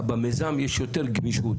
במיזם יש יותר גמישות,